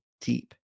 deep